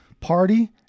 party